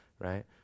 right